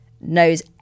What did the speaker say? knows